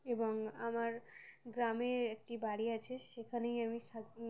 এবং আমার গ্রামে একটি বাড়ি আছে সেখানেই আমি সব সম